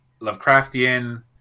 Lovecraftian